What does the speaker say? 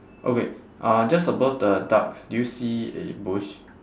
okay uh just above the ducks do you see a bush